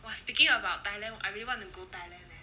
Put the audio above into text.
!wah! speaking about thailand I really want to go thailand leh